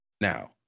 Now